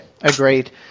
agreed